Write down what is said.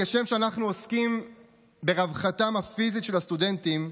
כשם שאנחנו עוסקים ברווחתם הפיזית של הסטודנטים,